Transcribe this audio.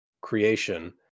creation